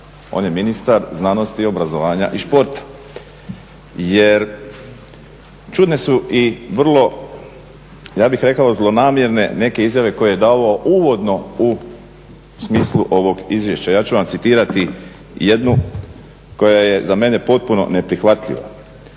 On je ministar znanosti, obrazovanja i športa. Jer čudne su i vrlo ja bih rekao zlonamjerne neke izjave koje je davao uvodno u smislu ovog izvješća. Ja ću vam citirati jednu koja je za mene potpuno neprihvatljiva.